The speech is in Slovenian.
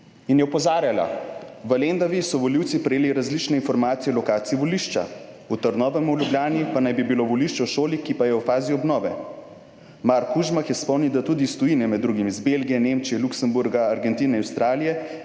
In je opozarjala. V Lendavi so volivci prejeli različne informacije o lokaciji volišča, v Trnovem v Ljubljani pa naj bi bilo volišče v šoli, ki pa je v fazi obnove. Mark Kužmah je spomnil, da tudi iz tujine, med drugim iz Belgije, Nemčije, Luksemburga, Argentine, Avstralije,